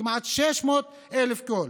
כמעט 600,000 קולות.